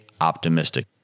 optimistic